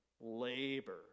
Labor